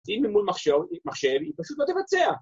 ‫אם היא מול מחשב, היא פשוט לא תבצע.